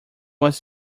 was